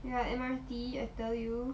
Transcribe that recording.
ya M_R_T I tell you